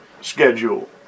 schedule